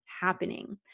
Happening